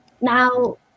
Now